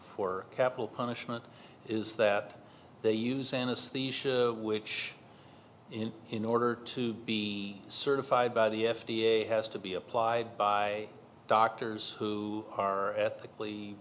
for capital punishment is that they use anesthesia which in in order to be certified by the f d a has to be applied by doctors who are ethically